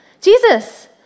Jesus